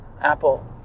Apple